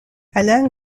alain